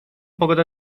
pogodę